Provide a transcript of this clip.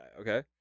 okay